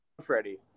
Freddie